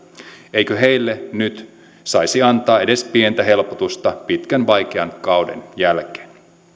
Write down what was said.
eikö heille nyt saisi antaa edes pientä helpotusta pitkän vaikean kauden jälkeen